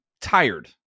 tired